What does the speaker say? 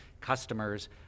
customers